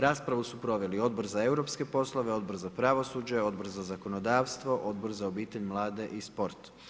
Raspravu su proveli Odbor za Europske poslove, Odbor za pravosuđe, Odbor za zakonodavstvo, Odbor za obitelj, mlade i sport.